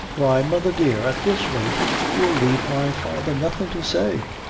why, mother, dear, at this rate you'll leave my father nothin' to say.